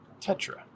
Tetra